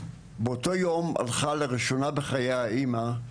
באותו יום הלכה לראשונה בחייה אמא,